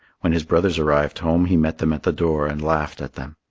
when his brothers arrived home, he met them at the door and laughed at them.